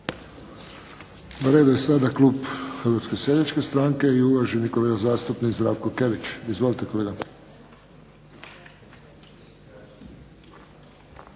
Na redu je sada klub Hrvatske seljačke stranke i uvaženi kolega zastupnik Zdravko Kelić. Izvolite, kolega.